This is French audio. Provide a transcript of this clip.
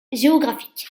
géographique